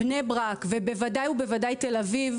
בני ברק ובוודאי ובוודאי בתל אביב.